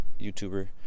youtuber